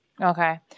Okay